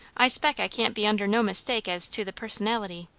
i speck i can't be under no mistake as to the personality,